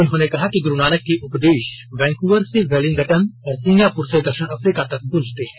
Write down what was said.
उन्होंने कहा कि ग्रु नानक के उपदेश वैंकूवर से वेलिंगटन और सिंगापुर से दक्षिण अफ्रीका तक गूजते हैं